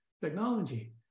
technology